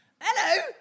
Hello